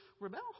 rebel